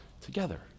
together